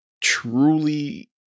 truly